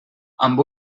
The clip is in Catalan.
amb